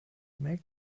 make